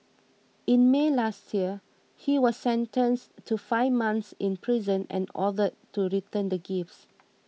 in May last year he was sentenced to five months in prison and ordered to return the gifts